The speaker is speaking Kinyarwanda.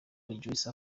rejoice